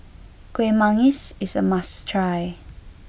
Kuih Manggis is a must try